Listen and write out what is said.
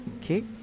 okay